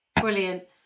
brilliant